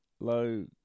Low